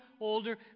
older